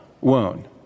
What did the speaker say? wound